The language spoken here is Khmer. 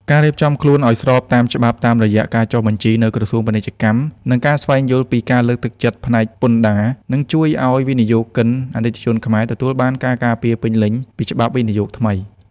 ការរៀបចំខ្លួនឱ្យស្របតាមច្បាប់តាមរយៈការចុះបញ្ជីនៅ ក្រសួងពាណិជ្ជកម្ម និងការស្វែងយល់ពី ការលើកទឹកចិត្តផ្នែកពន្ធដារ នឹងជួយឱ្យវិនិយោគិនអាណិកជនខ្មែរទទួលបានការការពារពេញលេញពីច្បាប់វិនិយោគថ្មី។